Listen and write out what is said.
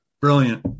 Brilliant